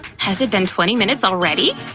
has it been twenty minutes already?